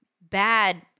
bad